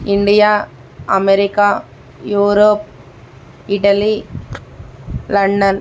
India America Europe Italy London